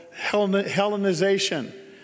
Hellenization